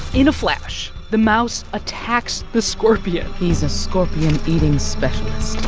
in a flash, the mouse attacks the scorpion he's a scorpion-eating specialist.